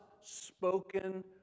spoken